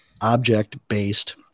object-based